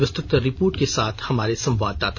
विस्तृत रिपोर्ट के साथ हमारे संवादाता